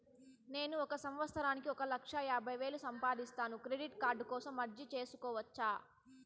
నేను ఒక సంవత్సరానికి ఒక లక్ష యాభై వేలు సంపాదిస్తాను, క్రెడిట్ కార్డు కోసం అర్జీ సేసుకోవచ్చా?